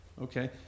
Okay